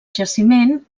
jaciment